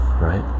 right